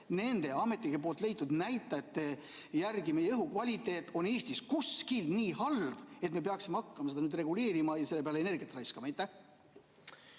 nende ametnike leitud näitajate järgi on meie õhu kvaliteet Eestis kuskil nii halb, et me peaksime hakkama nüüd seda reguleerima ja selle peale energiat raiskama?